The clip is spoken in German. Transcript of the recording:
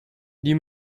die